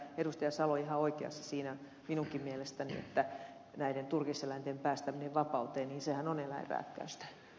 salo on ihan oikeassa siinä minunkin mielestäni että näiden turkiseläinten päästäminen vapauteen on eläinrääkkäystä